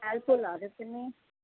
फलफुलहरू चाहिँ